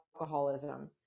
alcoholism